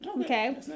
okay